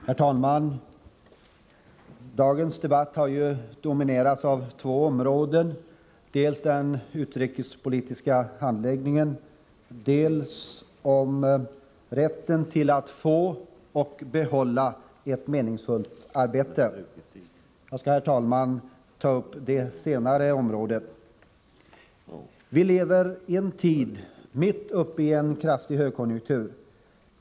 Herr talman! Dagens debatt har dominerats av två frågor: dels den utrikespolitiska handläggningen, dels rätten att få och behålla ett meningsfullt arbete. Jag skall, herr talman, uppehålla mig vid den senare frågan. Vi lever sedan en tid mitt uppe i en kraftig högkonjunktur.